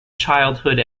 childhood